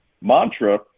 mantra